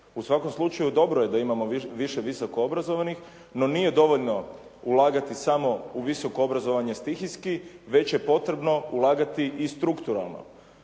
U svakom slučaju dobro je da imamo više visokoobrazovanih no nije dovoljno ulagati samo u visokoobrazovanje stihijski, već je potrebno ulagati i strukturalno.